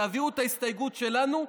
תעבירו את ההסתייגות שלנו,